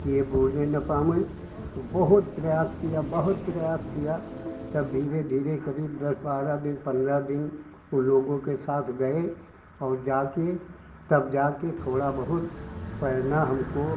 कि यह बूड़ने न पावै तो बहुत प्रयास किया बहुत प्रयास किया तब भी वह धीरे करीब दस बारह दिन पन्द्रह दिन उन लोगों के साथ गए और जाकर तब जाकर थोड़ा बहुत तैरना हमको